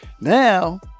Now